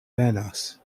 venas